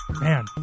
Man